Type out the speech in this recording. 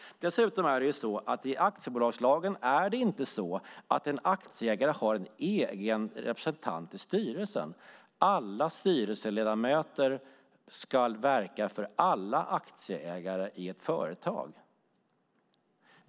Enligt aktiebolagslagen är det dessutom inte så att en aktieägare har en egen representant i styrelsen. Alla styrelseledamöter ska verka för alla aktieägare i ett företag.